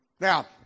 Now